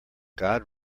god